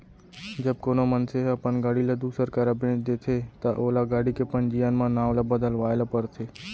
जब कोनो मनसे ह अपन गाड़ी ल दूसर करा बेंच देथे ता ओला गाड़ी के पंजीयन म नांव ल बदलवाए ल परथे